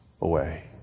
away